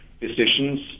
decisions